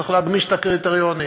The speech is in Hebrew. צריך להגמיש את הקריטריונים.